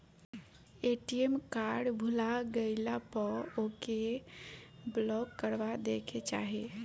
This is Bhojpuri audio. ए.टी.एम कार्ड भूला गईला पअ ओके ब्लाक करा देवे के चाही